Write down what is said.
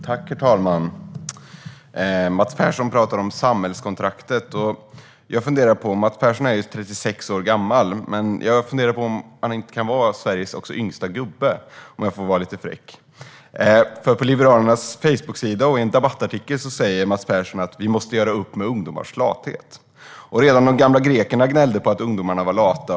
Herr talman! Mats Persson pratar om samhällskontraktet. Mats Persson är ju 36 år gammal. Men jag funderar på om han inte kan vara Sveriges yngsta gubbe, om jag får vara lite fräck, för på Liberalernas Facebooksida och i en debattartikel säger Mats Persson att vi måste göra upp med ungdomars lathet. Redan de gamla grekerna gnällde på att ungdomarna var lata.